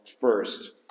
first